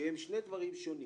אלה שני דברים שונים.